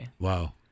Wow